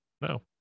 no